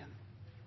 har